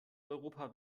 europa